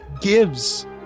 gives